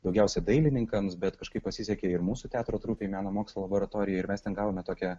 daugiausia dailininkams bet kažkaip pasisekė ir mūsų teatro trupei meno mokslo laboratorijai ir mes ten gavome tokią